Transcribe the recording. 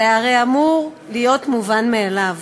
זה הרי אמור להיות מובן מאליו.